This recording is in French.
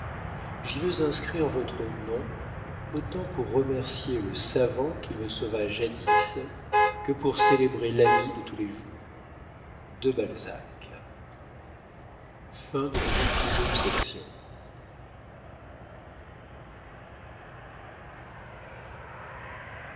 j'y veux inscrire votre nom autant pour remercier le savant qui me sauva jadis que pour célébrer l'ami de tous les jours de balzac